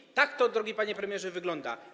I tak to, drogi panie premierze, wygląda.